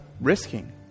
risking